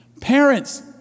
Parents